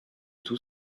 tout